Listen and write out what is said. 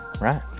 Right